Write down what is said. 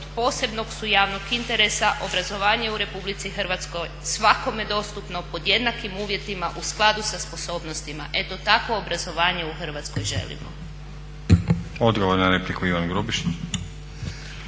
posebnog su javnog interesa. Obrazovanje u RH je svakome dostupno pod jednakim uvjetima u skladu sa sposobnostima". Eto takvo obrazovanje u Hrvatskoj želimo. **Stazić, Nenad